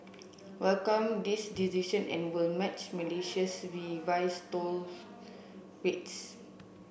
welcome this decision and will match Malaysia's revise toll rates